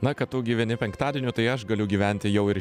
na kad tu gyveni penktadieniu tai aš galiu gyventi jau ir